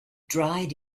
dried